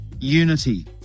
unity